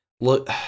look